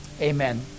Amen